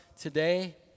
today